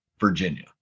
virginia